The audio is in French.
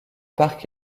parc